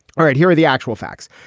all right. here are the actual facts.